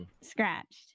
scratched